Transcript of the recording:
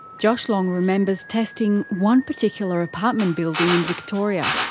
josh long remembers testing one particular apartment building in victoria.